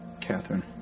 Catherine